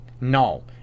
No